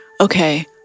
okay